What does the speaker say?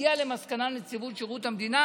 הגיעה למסקנה נציבות שירות המדינה